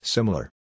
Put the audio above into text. Similar